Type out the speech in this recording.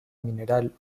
mineral